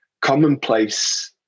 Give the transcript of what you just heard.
commonplace